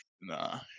Nah